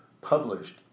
published